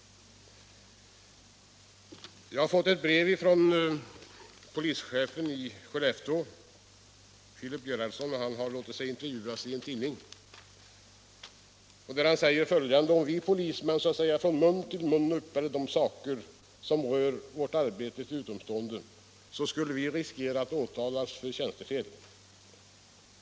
Jag har fått ett brev från polischefen i Skellefteå, Filip Gerhardsson. Han har låtit sig intervjuas i en tidning, där han säger följande: ”Om vi polismän så att säga från mun till mun yppade en del saker som rör vårt arbete till utomstående — då skulle vi riskera att åtalas för tjänstefel.